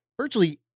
virtually